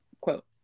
quote